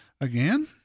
Again